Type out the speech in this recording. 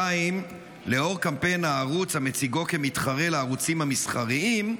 2. לאור קמפיין הערוץ המציגו כמתחרה לערוצים המסחריים,